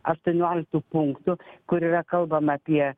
aštuonioliktu punktų kur yra kalbama apie